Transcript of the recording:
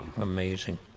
amazing